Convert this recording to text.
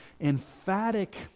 emphatic